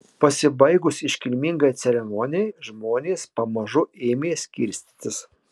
pasibaigus iškilmingai ceremonijai žmonės pamažu ėmė skirstytis